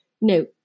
no